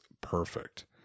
perfect